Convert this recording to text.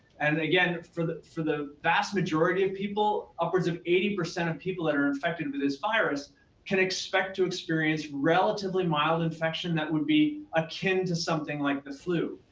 and again, for the for the vast majority of people, upwards of eighty percent of people that are infected with this virus can expect to experience relatively mild infection that would be akin to something like the flu.